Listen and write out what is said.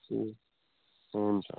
हुन्छ